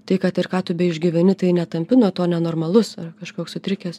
tai kad ir ką tu beišgyveni tai netampi nuo to nenormalus ar kažkoks sutrikęs